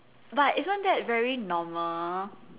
but isn't that very normal